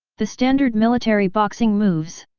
the standard military boxing moves.